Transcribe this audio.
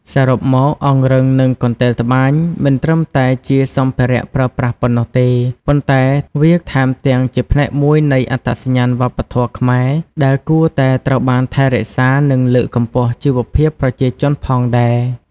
សរុបមក អង្រឹងនិងកន្ទេលត្បាញមិនត្រឹមតែជាសម្ភារៈប្រើប្រាស់ប៉ុណ្ណោះទេ ប៉ុន្តែវាថែមទាំងជាផ្នែកមួយនៃអត្តសញ្ញាណវប្បធម៌ខ្មែរដែលគួរតែត្រូវបានថែរក្សា និងលើកកម្ពស់ជីវភាពប្រជាជនផងដែរ។